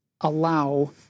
allow